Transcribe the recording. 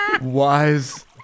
Wise